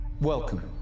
Welcome